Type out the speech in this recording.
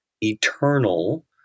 eternal